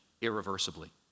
irreversibly